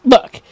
Look